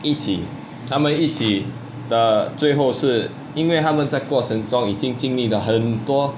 一起他们一起的最后是因为他们在过程中已经经历了很多